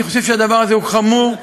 אני חושב שהדבר הזה הוא חמור.